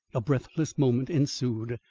a breathless moment ensued,